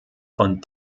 von